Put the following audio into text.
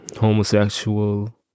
homosexual